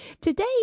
today